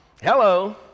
Hello